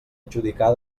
adjudicar